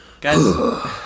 Guys